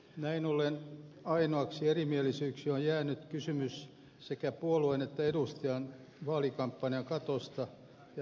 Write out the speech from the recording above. näin ollen ainoaksi erimielisyydeksi on jäänyt kysymys sekä puolueen että edustajan vaalikampanjakatosta ja ennakkoilmoitusvelvollisuudesta